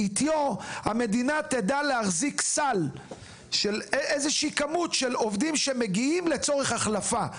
בעטיו המדינה תדע להחזיק סל של עובדים שמגיעים לצורך החלפה.